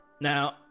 now